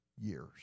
years